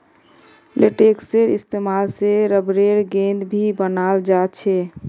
लेटेक्सेर इस्तेमाल से रबरेर गेंद भी बनाल जा छे